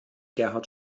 gerhard